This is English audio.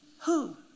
Who